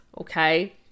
okay